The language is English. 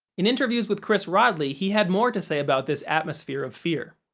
in interviews with chris rodley, he had more to say about this atmosphere of fear.